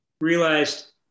realized